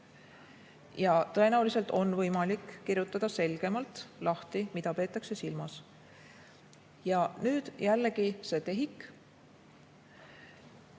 Tõenäoliselt on võimalik kirjutada selgemalt lahti, mida peetakse silmas. Nüüd jällegi see